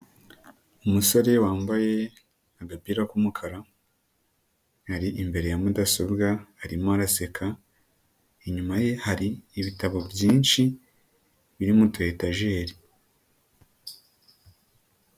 Umusore wambaye agapira k'umukara, ari imbere ya mudasobwa arimo araseka, inyuma ye hari ibitabo byinshi biri mu tu etajeri.